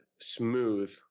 smooth